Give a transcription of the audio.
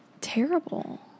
terrible